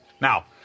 Now